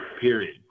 period